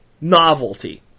novelty